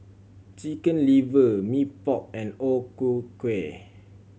Chicken Liver Mee Pok and O Ku Kueh